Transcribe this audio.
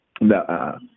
No